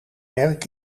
merk